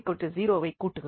z0 வைக் கூட்டுகிறோம்